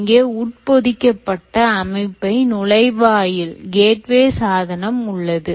இங்கே உட்பொதிக்கப்பட்ட அமைப்பாக நுழைவாயில் சாதனம் உள்ளது